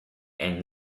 and